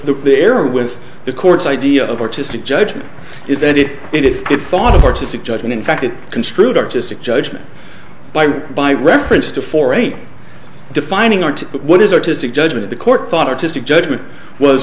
here the error with the courts idea of artistic judgment is that if it is good thought of artistic judgment in fact it construed artistic judgment by by reference to for a defining art what is artistic judgment the court thought artistic judgment was